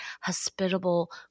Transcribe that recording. hospitable